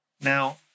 Now